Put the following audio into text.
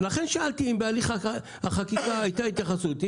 לכן שאלתי אם בהליך החקיקה היתה התייחסות.